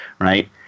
Right